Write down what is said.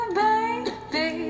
baby